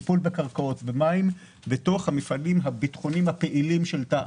טיפול בקרקעות ובמים בתוך המפעלים הביטחוניים הפעילים של תע"ש,